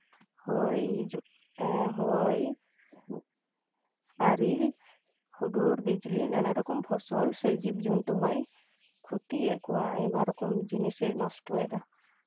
ᱦᱚᱭ ᱦᱤᱡᱩᱜ ᱦᱚᱭ ᱟᱨᱮᱞ ᱦᱩᱰᱩᱨ ᱵᱤᱡᱽᱞᱤ ᱱᱟᱱᱟ ᱨᱚᱠᱚᱢ ᱯᱷᱚᱥᱚᱞ ᱥᱮ ᱡᱤᱵᱽ ᱡᱚᱱᱛᱩ ᱦᱚᱭ ᱠᱷᱚᱛᱤᱭᱮᱫ ᱠᱚᱣᱟ ᱟᱭᱢᱟ ᱨᱚᱠᱚᱢ ᱡᱤᱱᱤᱥᱮ ᱱᱚᱥᱴᱚᱭᱮᱫᱟ